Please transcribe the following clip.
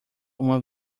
uma